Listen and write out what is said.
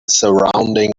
surrounding